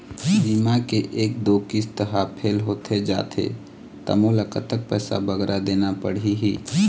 बीमा के एक दो किस्त हा फेल होथे जा थे ता मोला कतक पैसा बगरा देना पड़ही ही?